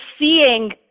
seeing